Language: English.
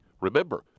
Remember